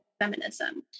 feminism